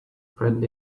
friend